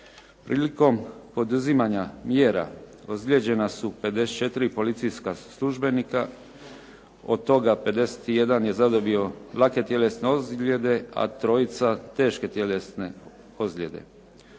Prilikom poduzimanja mjera ozlijeđena su 54 policijska službenika, od toga 51 je zadobio lake tjelesne ozljede a trojica teške tjelesne ozljede.